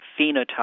phenotype